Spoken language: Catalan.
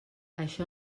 això